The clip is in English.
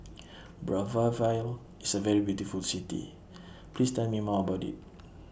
Brazzaville IS A very beautiful City Please Tell Me More about IT